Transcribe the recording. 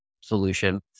solution